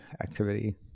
activity